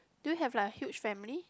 do you have like a huge family